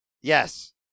Yes